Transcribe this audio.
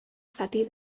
zati